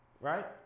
Right